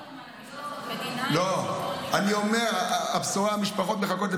--- אני אומר, המשפחות מחכות לבשורה.